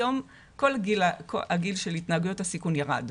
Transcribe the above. היום הגיל של התנהגויות הסיכון ירד.